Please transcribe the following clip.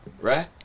Right